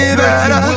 better